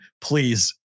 Please